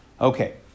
Okay